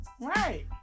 Right